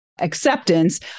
acceptance